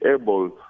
able